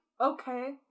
okay